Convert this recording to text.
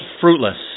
fruitless